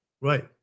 Right